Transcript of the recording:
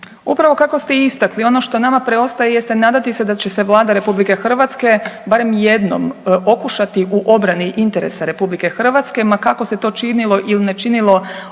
Upravo kako ste i istakli, ono što nama preostaje jeste nadati se da će se Vlada Republike Hrvatske barem jednom okušati u obrani interesa Republike Hrvatske, ma kako se to činilo ili ne činilo